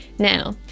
now